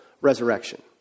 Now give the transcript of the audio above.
resurrection